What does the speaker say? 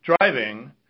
driving